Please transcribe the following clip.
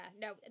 No